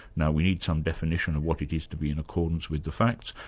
now we need some definition of what it to be in accordance with the facts,